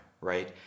right